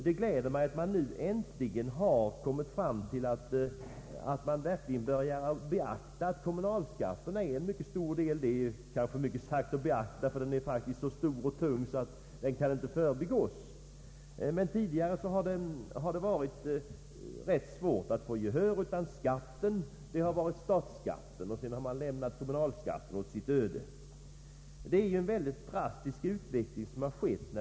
Det gläder mig att man nu äntligen börjar beakta kommunalskatten i debatten. Ja, nu säger jag kanske för mycket eftersom kommunalskatten nu är så stor och betungande att den inte kan förbigås. Tidigare har det dock varit ganska svårt att få gehör för synpunkter om denna skatt på grund av statsskattens dominans. Det har skett en mycket drastisk utveckling av kommunalskatten.